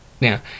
Now